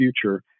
future